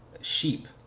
sheep